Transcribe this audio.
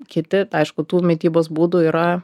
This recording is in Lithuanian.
kiti aišku tų mitybos būdų yra